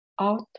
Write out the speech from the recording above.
out